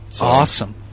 Awesome